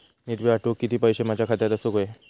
निधी पाठवुक किती पैशे माझ्या खात्यात असुक व्हाये?